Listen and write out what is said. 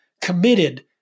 committed